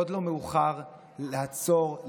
עוד לא מאוחר לעצור,